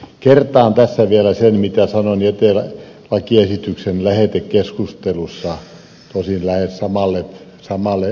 kertaan tässä vielä sen mitä sanoin jätelakiesityksen lähetekeskustelussa tosin lähes samalle edustajaväelle